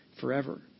forever